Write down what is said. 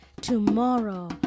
Tomorrow